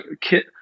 kit